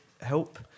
help